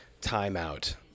timeout